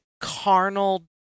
carnal